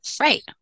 Right